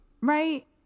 Right